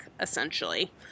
essentially